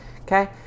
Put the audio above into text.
okay